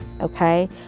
Okay